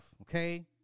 okay